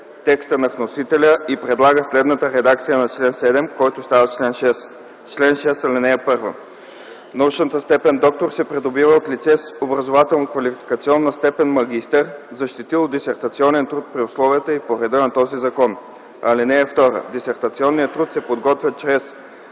текста на вносителя и предлага следната редакция на чл. 7, който става чл. 6: „Чл. 6. (1) Научната степен „доктор” се придобива от лице с образователно-квалификационна степен „магистър”, защитило дисертационен труд при условията и по реда на този закон. (2) Дисертационният труд се подготвя чрез